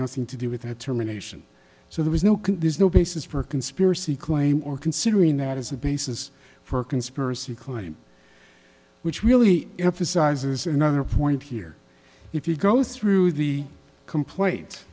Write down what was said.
nothing to do with a termination so there was no there's no basis for conspiracy claim or considering that as a basis for conspiracy claim which really emphasizes another point here if you go through the complaint